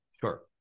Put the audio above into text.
Sure